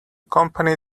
company